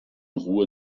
ruhe